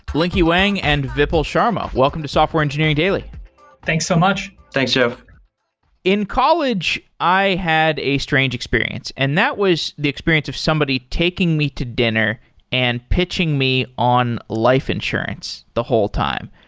lingke wang and vipul sharma, welcome to software engineering daily thanks so much thanks, jeff in college, i had a strange experience. and that was the experience of somebody taking me to dinner and pitching me on life insurance the whole time.